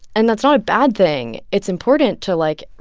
and that's not a bad thing. it's important to, like,